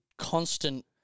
constant